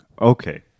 Okay